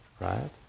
right